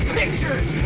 pictures